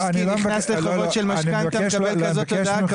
נכנס לחובות של משכנתא ומקבל כזו הודעה.